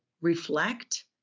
reflect